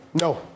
No